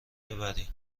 ببرین